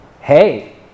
hey